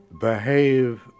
behave